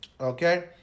okay